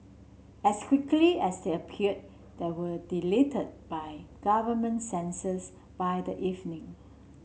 as quickly as they appeared they were deleted by government censors by the evening